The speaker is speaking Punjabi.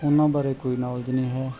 ਉਹਨਾਂ ਬਾਰੇ ਕੋਈ ਨੌਲੇਜ ਨਹੀਂ ਹੈ